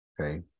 Okay